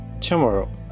tomorrow